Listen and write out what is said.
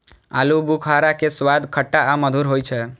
आलू बुखारा के स्वाद खट्टा आ मधुर होइ छै